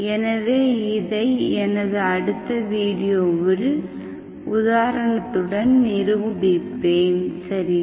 எனவே இதை எனது அடுத்த வீடியோவில் உதாரணத்துடன் நிரூபிப்பேன் சரியா